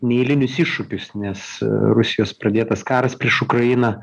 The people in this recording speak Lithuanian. neeilinius iššūkius nes rusijos pradėtas karas prieš ukrainą